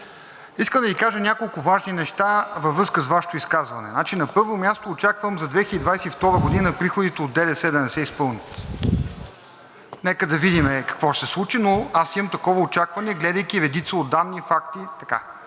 Искам да Ви кажа няколко важни неща във връзка с Вашето изказване. На първо място, очаквам за 2022 г. приходите от ДДС да не се изпълнят. Нека да видим какво ще се случи, но аз имам такова очакване, гледайки редица от данни и факти.